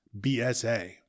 BSA